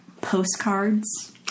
Postcards